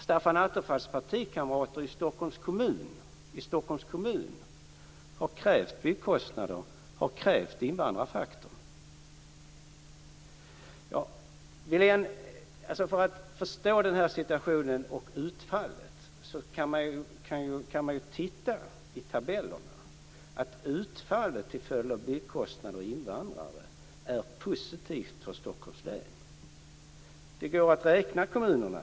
Stefan Attefalls partikamrater i Stockholms kommun har krävt byggkostnaderna och invandrarfaktorn. För att förstå situationen och utfallet kan man titta i tabellerna. Utfallet till följd av byggkostnader och invandrare är positivt för Stockholms län. Det går att räkna kommunerna.